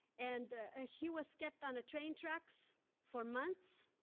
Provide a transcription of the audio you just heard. and ah ah he was kept on train tracks for months,